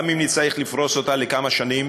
גם אם נצטרך לפרוס אותה על כמה שנים.